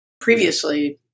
previously